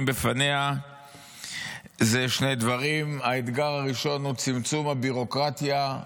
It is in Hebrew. לפניה זה שני דברים: האתגר הראשון הוא צמצום בביורוקרטיה,